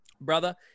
brother